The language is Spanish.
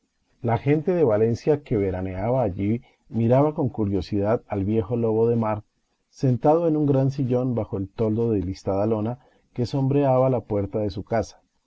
la gente de valencia que veraneaba allí miraba con curiosidad al viejo lobo de mar sentado en un gran sillón bajo el toldo de listada lona que sombreaba la puerta de su casa